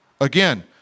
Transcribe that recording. Again